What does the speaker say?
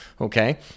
okay